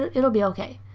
it'll be okay.